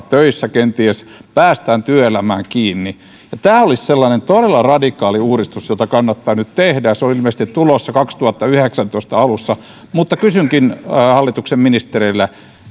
töissä kenties päästään työelämään kiinni tämä olisi sellainen todella radikaali uudistus jota kannattaa nyt tehdä ja se on ilmeisesti tulossa vuoden kaksituhattayhdeksäntoista alussa kysynkin hallituksen ministereiltä